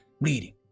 bleeding